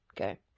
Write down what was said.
okay